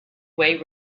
way